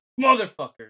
Motherfucker